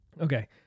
Okay